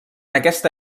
aquesta